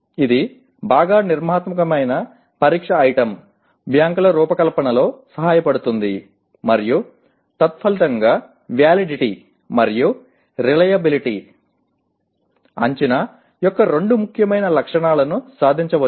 ఇది బాగా నిర్మాణాత్మక పరీక్ష ఐటెమ్ బ్యాంకుల రూపకల్పనలో సహాయపడుతుంది మరియు తత్ఫలితంగా వ్యాలిడిటీ మరియు reliability రెలెయబిలిటీ అంచనా యొక్క రెండు ముఖ్యమైన లక్షణాలను సాధించవచ్చు